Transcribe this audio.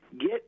get